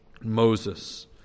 Moses